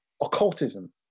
occultism